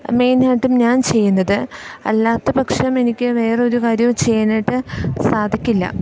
main ആയിട്ടും ഞാൻ ചെയ്യുന്നത് അല്ലാത്ത പക്ഷം എനിക്ക് വേറൊരു കാര്യവും ചെയ്യാനായിട്ട് സാധിക്കില്ല